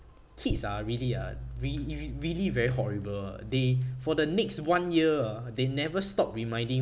kids ah really ah re~ re~ really very horrible ah they for the next one year ah they never stop reminding